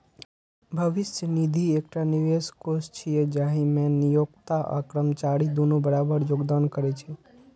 भविष्य निधि एकटा निवेश कोष छियै, जाहि मे नियोक्ता आ कर्मचारी दुनू बराबर योगदान करै छै